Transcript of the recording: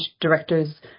directors